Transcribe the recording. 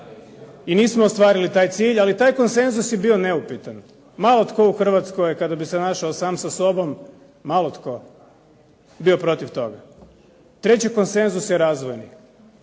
i nismo ostvarili taj cilj ali taj konsenzus je bio neupitan. Malo tko u Hrvatskoj kada bi se našao sam sa sobom, malo tko bi bio protiv toga. Treći konsenzus je razvojni.